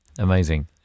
Amazing